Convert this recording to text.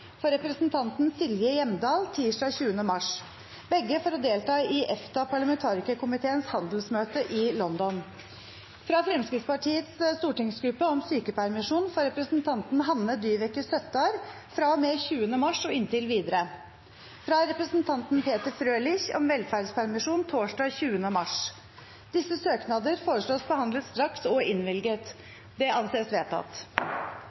for representanten Silje Hjemdal tirsdag 20. mars – begge for å delta i EFTA-parlamentarikerkomiteens handelsmøte i London fra Fremskrittspartiets stortingsgruppe om sykepermisjon for representanten Hanne Dyveke Søttar fra og med 20. mars og inntil videre fra representanten Peter Frølich om verferdspermisjon tirsdag 20. mars Etter forslag fra presidenten ble enstemmig besluttet: Søknadene behandles straks og